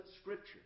scriptures